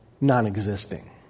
non-existing